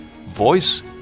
voice